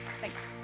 Thanks